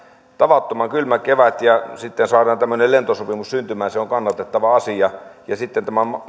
tavattoman kylmä kevät ja sitten saadaan tämmöinen lentosopimus syntymään se on kannatettava asia sitten tästä